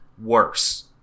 Worse